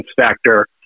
factor